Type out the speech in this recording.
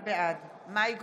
בעד מאי גולן,